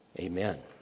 Amen